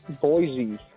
Boise